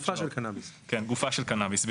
גופה של קנאביס.